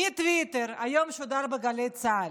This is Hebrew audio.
מטוויטר, שודר היום בגלי צה"ל.